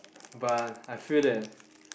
but I feel that